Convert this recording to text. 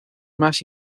más